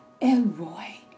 Elroy